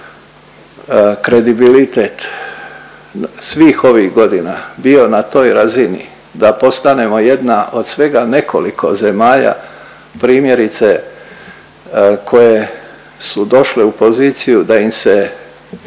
naš kredibilitet svih ovih godina bio na toj razini da postanemo jedna od svega nekoliko zemalja, primjerice koje su došle u poziciju da im se